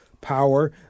power